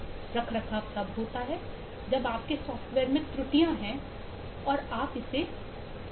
रखरखाव तब होता है जब आप के सॉफ्टवेयर में त्रुटियाँ हैं और आपने इसे आपने इसे सही किया